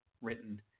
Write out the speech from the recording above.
written